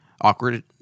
awkward